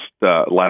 last